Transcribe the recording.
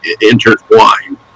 intertwined